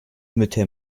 mitte